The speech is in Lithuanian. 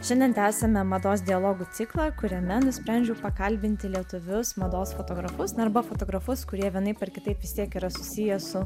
šiandien tęsiame mados dialogų ciklą kuriame nusprendžiau pakalbinti lietuvius mados fotografus arba fotografus kurie vienaip ar kitaip vis tiek yra susiję su